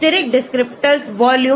stick descriptors volume